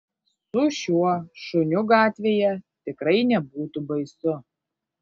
su šiuo šuniu gatvėje tikrai nebūtų baisu